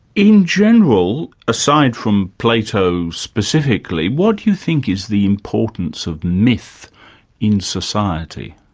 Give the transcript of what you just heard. in general, aside from plato specifically, what do you think is the importance of myth in society?